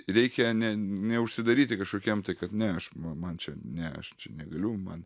reikia ne neužsidaryti kažkokiam tai kad ne aš ma man čia ne aš čia negaliu man